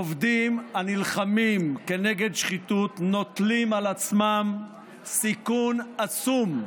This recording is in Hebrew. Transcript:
עובדים הנלחמים כנגד שחיתות נוטלים על עצמם סיכון עצום.